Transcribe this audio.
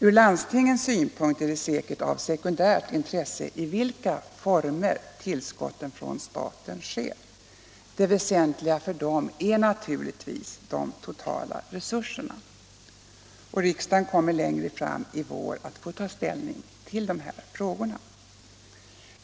Från landstingens synpunkt är det säkerligen av sekundärt intresse i vilka former tillskotten från staten sker. Det väsentliga för dem är naturligtvis de totala resurserna. Riksdagen kommer längre fram i vår att få ta ställning till dessa frågor.